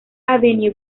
avenue